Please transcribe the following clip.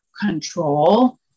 control